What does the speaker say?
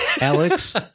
Alex